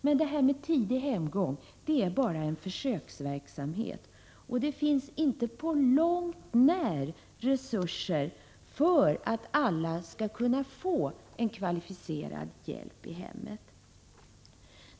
Men det är här bara fråga om en försöksverksamhet, och det finns inte på långt när resurser för att alla skall kunna få en kvalificerad hjälp i hemmet.